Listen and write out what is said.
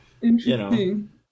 Interesting